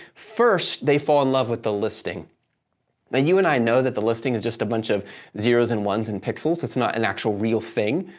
first, they fall in love with the listing and you and i know that the listing is just a bunch of zeros and ones and pixels, it's not an actual real thing,